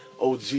OG